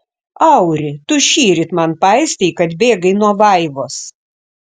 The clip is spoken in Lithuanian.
auri tu šįryt man paistei kad bėgai nuo vaivos